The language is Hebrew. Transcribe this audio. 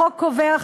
החוק קובע,